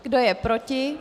Kdo je proti?